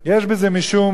יש בזה משום דוגמה,